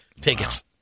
tickets